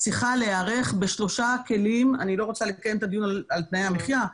צריכה להיערך בשלושה כלים אני לא רוצה לקיים את הדיון על תנאי המחיה,